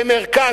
ומרכז,